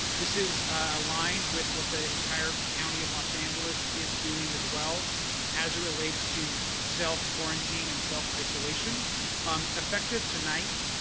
this is aligned with what the entire county of los angeles is doing as well as it relates to self quarantine and self-isolation. um effective effective tonight,